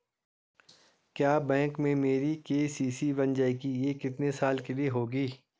क्या बैंक में मेरी के.सी.सी बन जाएगी ये कितने साल के लिए होगी?